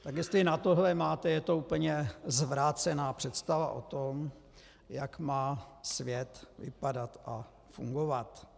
Tak jestli na tohle máte, je to úplně zvrácená představa o tom, jak má svět vypadat a fungovat.